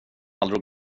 aldrig